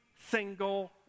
single